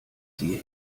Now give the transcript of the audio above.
sie